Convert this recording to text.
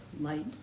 Light